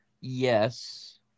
Yes